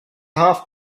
half